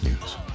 news